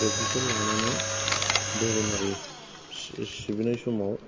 बेफोरखौ लानानै धोरोमारि सिबिनाय समाव